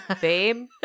Babe